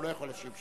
הוא לא יכול להשיב,